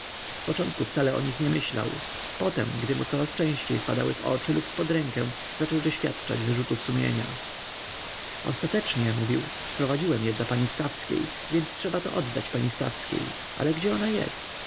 z niemi zrobić zpoczątku wcale o nich nie myślał potem gdy mu coraz częściej wpadały w oczy lub pod rękę zaczął doświadczać wyrzutów sumienia ostatecznie mówił sprowadziłem je dla pani stawskiej więc trzeba to oddać pani stawskiej ale gdzie ona jest